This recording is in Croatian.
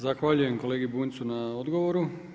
Zahvaljujem kolegi Bunjcu na odgovoru.